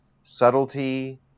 subtlety